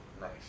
Nice